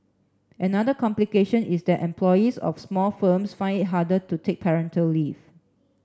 another complication is that employees of small firms find it harder to take parental leave